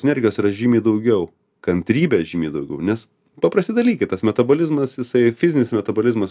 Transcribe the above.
energijos yra žymiai daugiau kantrybės žymiai daugiau nes paprasti dalykai tas metabolizmas jisai fizinis metabolizmas